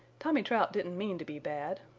tommy trout didn't mean to be bad.